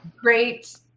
great